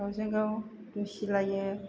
गावजों गाव दुसिलायो